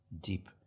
deep